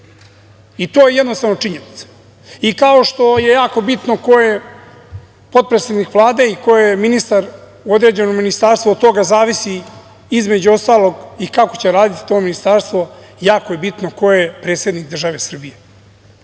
To je jednostavno činjenica. Kao što je jako bitno ko je potpredsednik Vlade i ko je ministar u određenom ministarstvu od toga zavisi, između ostalog i kako će raditi to ministarstvo, jako je bitno i ko je predsednik države Srbije. Svi